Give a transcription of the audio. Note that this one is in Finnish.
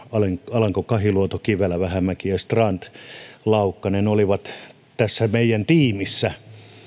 alanko kahiluoto kivelä vähämäki strand ja laukkanen olivat tässä meidän tiimissä